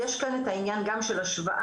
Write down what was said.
יש כאן את העניין גם של השוואה,